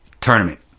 tournament